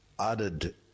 added